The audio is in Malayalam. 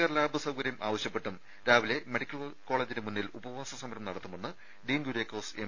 ആർ ലാബ് സൌകര്യം ആവശ്യപ്പെട്ടും രാവിലെ മെഡിക്കൽ കോളജിനു മുന്നിൽ ഉപവാസ സമരം നടത്തുമെന്ന് ഡീൻ കുര്യാക്കോസ് എം